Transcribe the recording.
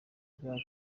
bya